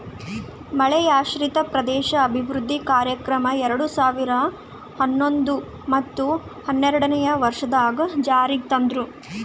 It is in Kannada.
ಮಳೆಯಾಶ್ರಿತ ಪ್ರದೇಶ ಅಭಿವೃದ್ಧಿ ಕಾರ್ಯಕ್ರಮ ಎರಡು ಸಾವಿರ ಹನ್ನೊಂದು ಮತ್ತ ಹನ್ನೆರಡನೇ ವರ್ಷದಾಗ್ ಜಾರಿಗ್ ತಂದ್ರು